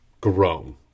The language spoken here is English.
grown